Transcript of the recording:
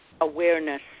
awareness